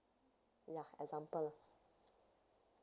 ya example lah